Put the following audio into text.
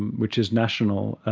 which is national,